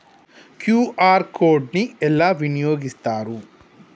QR code ని ఎలా వినియోగిస్తారు?